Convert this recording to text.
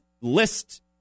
list